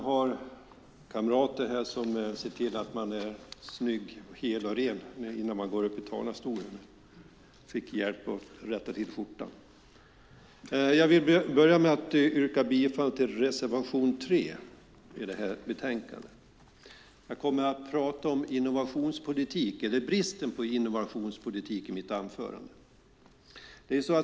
Herr talman! Jag vill börja med att yrka bifall till reservation 3 i betänkandet. Jag kommer att prata om innovationspolitiken - eller bristen på innovationspolitik - i mitt anförande.